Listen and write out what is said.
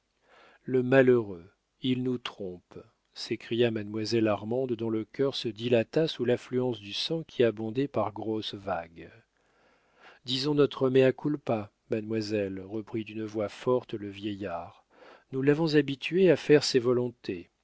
le malheureux il nous trompe s'écria mademoiselle armande dont le cœur se dilata sous l'affluence du sang qui abondait par grosses vagues disons notre meâ culpâ mademoiselle reprit d'une voix forte le vieillard nous l'avons habitué à faire ses volontés